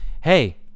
Hey